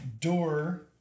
door